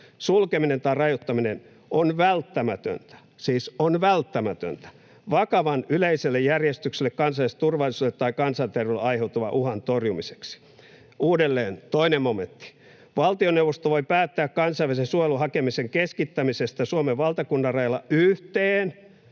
sulkeminen tai rajoittaminen on välttämätöntä” — siis on välttämätöntä — ”vakavan yleiselle järjestykselle, kansalliselle turvallisuudelle tai kansanterveydelle aiheutuvan uhan torjumiseksi.” Uudelleen, 2 momentti: ”Valtioneuvosto voi päättää kansainvälisen suojelun hakemisen keskittämisestä Suomen valtakunnan rajalla yhteen